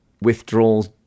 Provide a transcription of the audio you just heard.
withdrawals